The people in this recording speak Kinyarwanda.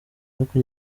bafite